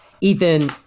Ethan